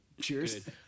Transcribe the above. cheers